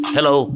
Hello